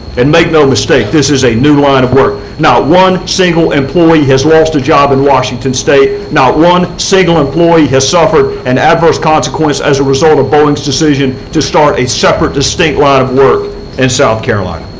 and make no mistake, this is a new line of work. not one single employee has lost a job in washington state. not one single employee has suffered an adverse consequence as a result of boeing's decision to start a separate, distinct line of work in south carolina.